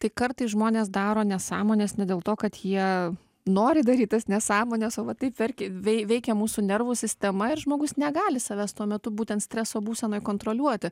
tai kartais žmonės daro nesąmones ne dėl to kad jie nori daryt tas nesąmones o va taip verkia vei veikia mūsų nervų sistema ir žmogus negali savęs tuo metu būtent streso būsenoj kontroliuoti